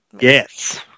Yes